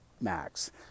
max